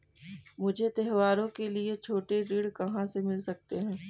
मुझे त्योहारों के लिए छोटे ऋण कहाँ से मिल सकते हैं?